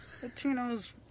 Latinos